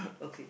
okay